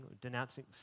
denouncing